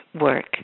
work